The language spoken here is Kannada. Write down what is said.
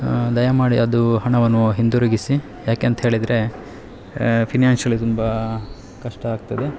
ದಯಮಾಡಿ ಅದು ಹಣವನ್ನು ಹಿಂತಿರುಗಿಸಿ ಯಾಕೆಂತೇಳಿದರೆ ಫಿನ್ಯಾನ್ಶಿಯಲಿ ತುಂಬ ಕಷ್ಟ ಆಗ್ತದೆ